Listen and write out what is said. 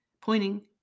pointing